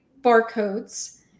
barcodes